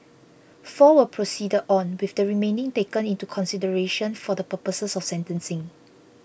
four were proceeded on with the remaining taken into consideration for the purposes of sentencing